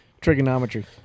trigonometry